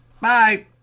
Bye